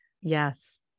Yes